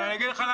אגיד לך.